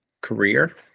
career